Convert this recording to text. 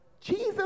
Jesus